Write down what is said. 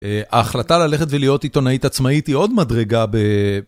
אה.. ההחלטה ללכת ולהיות עיתונאית עצמאית היא עוד מדרגה ב...